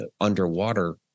underwater